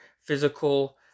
physical